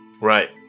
Right